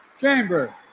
chamber